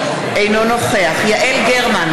אינו נוכח יעל גרמן,